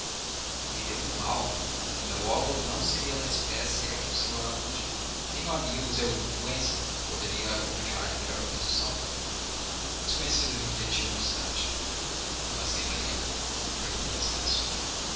dizer entendeu me mal o meu óbolo não seria na espécie a que o senhor alude tenho amigos e alguma influência poderia arranjar-lhe melhor posição o desconhecido refletiu um instante aceitaria perguntou estácio